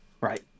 Right